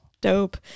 dope